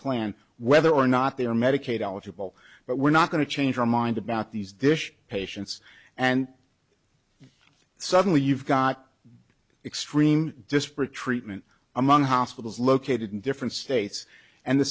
plan whether or not they are medicaid eligible but we're not going to change our mind about these dish patients and suddenly you've got extreme disparate treatment among hospitals located in different states and the